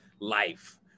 life